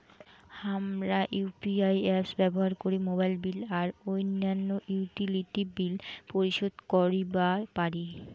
হামরা UPI apps ব্যবহার করি মোবাইল বিল আর অইন্যান্য ইউটিলিটি বিল পরিশোধ করিবা পারি